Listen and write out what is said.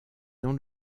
dans